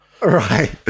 Right